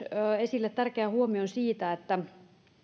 esille myös tärkeän huomion siitä että